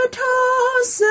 toss